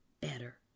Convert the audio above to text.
better